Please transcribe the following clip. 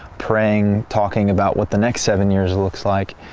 praying, talking about what the next seven years looks like,